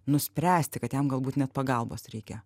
nuspręsti kad jam galbūt net pagalbos reikia